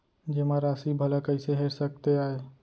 जेमा राशि भला कइसे हेर सकते आय?